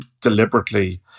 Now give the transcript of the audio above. deliberately